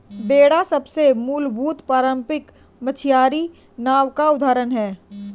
बेड़ा सबसे मूलभूत पारम्परिक मछियारी नाव का उदाहरण है